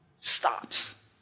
stops